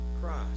Christ